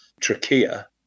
trachea